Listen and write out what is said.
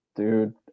dude